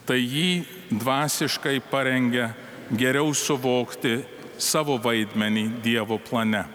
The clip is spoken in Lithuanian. tai jį dvasiškai parengia geriau suvokti savo vaidmenį dievo plane